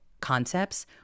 concepts